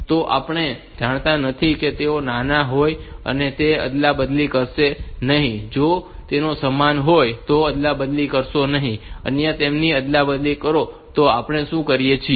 તો આપણે જાણતા નથી કે તેઓ નાના હોય અને તો અદલાબદલી કરશો નહીં જો તેઓ સમાન હોય તો પણ અદલાબદલી કરશો નહીં અન્યથા તેમની અદલાબદલી કરો તો આપણે શું કરીએ છીએ